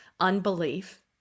unbelief